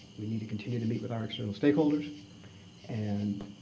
we need to continue to meet with our external stakeholders and